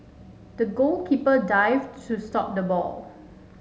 the goalkeeper dived to stop the ball